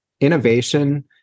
innovation